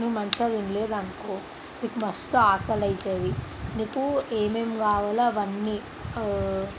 నువ్వు మంచిగా తినలేదు అనుకో నీకు మస్తు ఆకలి అవుతుంది నీకు ఏమేమి కావాలో అవన్నీ